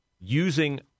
using